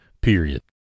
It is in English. period